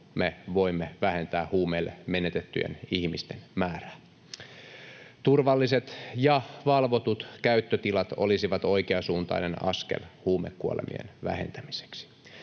me voimme vähentää huumeille menetettyjen ihmisten määrää? Turvalliset ja valvotut käyttötilat olisivat oikeansuuntainen askel huumekuolemien vähentämiseksi.